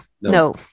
no